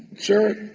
sure.